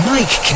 Mike